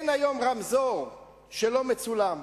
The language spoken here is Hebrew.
אין היום רמזור שלא מצולם.